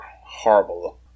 horrible